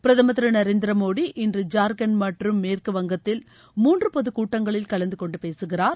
பிரதமர் திரு நரேந்தர மோடி இன்று ஜார்க்கண்ட் மற்றும் மேற்குவங்கத்தில் மூன்று பொதுக் கூட்டங்களில் கலந்து கொண்டு பேசுகிறார்